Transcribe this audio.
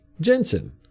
Jensen